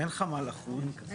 אין חמ"ל אחוד.